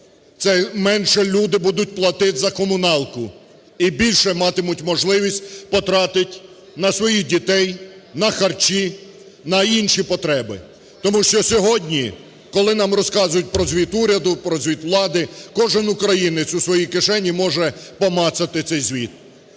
Це менше люди будуть платити за комуналку і більше матимуть можливість потратити на своїх дітей, на харчі, на інші потреби. Тому що сьогодні, коли нам розказують про звіт уряду, про звіт влади, кожен українець у своїй кишені може помацати цей звіт.